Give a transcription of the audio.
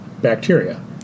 bacteria